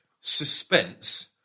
suspense